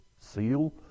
seal